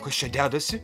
kas čia dedasi